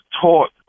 taught